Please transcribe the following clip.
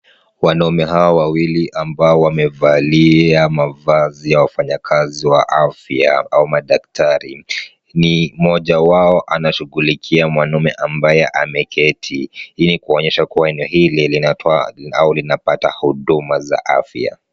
Wanaume hawa wawili ambao wamevalia mavazi ya wafanyakazi wa afya au madaktari, ni mmoja wao anashughulikia mwanamume ambaye ameketi. Hii ni kuonyesha kuwa eneo hili linatoa au linapata huduma za afya.